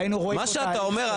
היינו שומעים את משרד המשפטים.